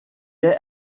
est